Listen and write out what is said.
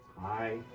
Hi